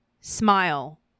smile